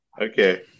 Okay